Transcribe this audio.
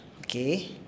Okay